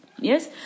yes